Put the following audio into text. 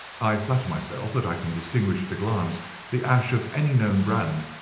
i flatter myself that i can distinguish at a glance the ash of any known brand,